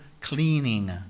cleaning